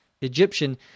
Egyptian